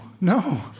no